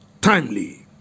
timely